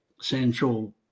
central